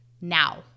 now